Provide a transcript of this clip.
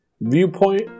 viewpoint